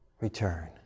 Return